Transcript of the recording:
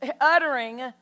uttering